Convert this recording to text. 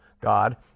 God